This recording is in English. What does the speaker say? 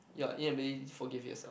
your inability to forgive yourself